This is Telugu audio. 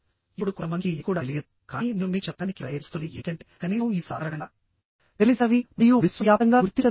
ఇప్పుడు కొంతమందికి ఇది కూడా తెలియదు కానీ నేను మీకు చెప్పడానికి ప్రయత్నిస్తున్నది ఏమిటంటే కనీసం ఇవి సాధారణంగా తెలిసినవి మరియు విశ్వవ్యాప్తంగా గుర్తించదగినవి